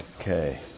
Okay